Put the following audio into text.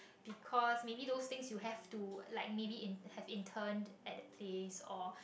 because maybe those things you have to like maybe in have interned at that place or